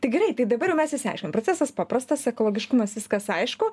tai greitai tai dabar jau mes išsiaiškinom procesas paprastas ekologiškumas viskas aišku